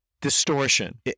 distortion